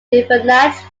definite